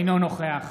אינו נוכח